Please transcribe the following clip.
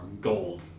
gold